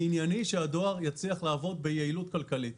מענייני שהדואר יצליח לעבוד ביעילות כלכלית.